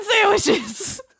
sandwiches